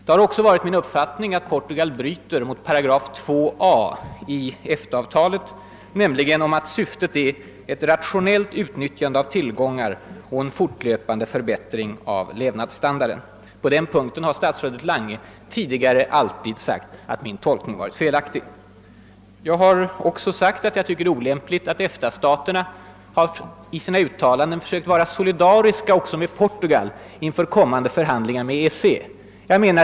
Det är också min uppfattning att Portugal bryter mot § 2 a i EFTA-avtalet, där det står att syftet är ett >rationellt utnyttjande av tillgångar» och en »fortlöpande förbättring av levnadsstandarden». På den punkten har statsrådet Lange tidigare alltid sagt att min tolkning varit felaktig. Jag har också framhållit att jag tycker det är olämpligt att EFTA-staterna i sina uttalanden försökt vara solidariska också med Portugal inför kommande förhandlingar med EEC.